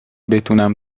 بتونم